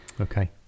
Okay